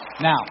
Now